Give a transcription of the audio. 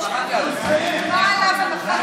(חברת הכנסת